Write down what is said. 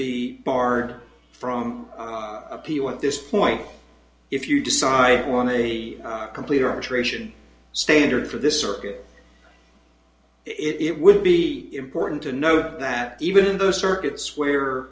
be barred from appeal at this point if you decide i want a complete arbitration standard for this circuit it would be important to note that even in those circuits where